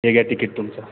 हे घ्या तिकिट तुमचं